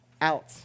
out